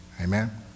Amen